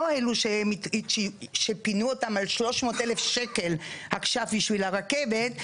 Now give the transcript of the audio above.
לא אלה שפינו אותם על 300,000 שקל עכשיו בשביל הרכבת,